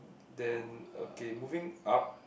then okay moving up